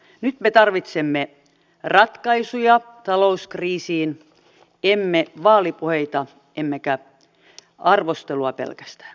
nyt me tarvitsemme ratkaisuja talouskriisiin emme vaalipuheita emmekä arvostelua pelkästään